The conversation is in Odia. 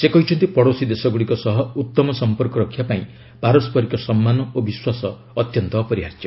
ସେ କହିଛନ୍ତି ପଡ଼ୋଶୀ ଦେଶଗୁଡ଼ିକ ସହ ଉତ୍ତମ ସମ୍ପର୍କରକ୍ଷା ପାଇଁ ପରସ୍କରିକ ସମ୍ମାନ ଓ ବିଶ୍ୱାସ ଅପରିହାର୍ଯ୍ୟ